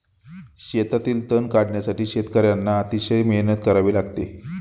शेतातील तण काढण्यासाठी शेतकर्यांना अतिशय मेहनत करावी लागते